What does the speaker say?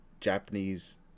Japanese